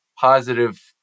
positive